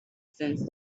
since